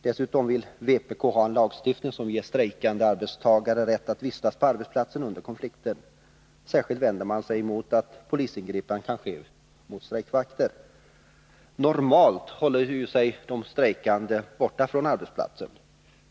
Dessutom vill vpk ha en lagstiftning som ger strejkande arbetstagare rätt att vistas på arbetsplatsen under konflikter. Särskilt vänder man sig mot att polisingripanden kan ske mot strejkvakter. Normalt håller sig de strejkande borta från arbetsplatsen.